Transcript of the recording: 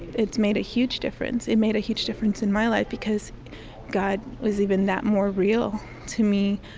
it's made a huge difference. it made a huge difference in my life, because god was even that more real to me.